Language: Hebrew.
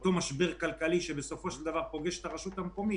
אותו משבר כלכלי שבסופו של דבר פוגש את הרשות המקומית.